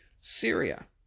Syria